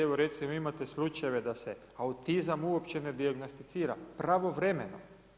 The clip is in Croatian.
Evo imate slučajeve da se autizam uopće ne dijagnosticira pravovremeno.